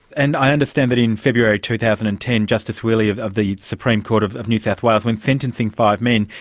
and i understand that in february two thousand and ten justice whealy of of the supreme court of of new south wales when sentencing five men,